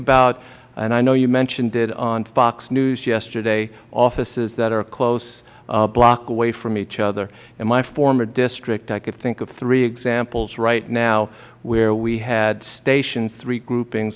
about and i know you mentioned it on fox news yesterday offices that are close a block away from each other in my former district i can think of three examples right now where we had stations three grouping